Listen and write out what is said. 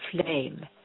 flame